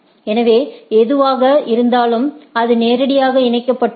எனவே எதுவாக இருந்தாலும் அது நேரடியாக இணைக்கப்பட்டுள்ளது